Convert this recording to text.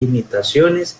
limitaciones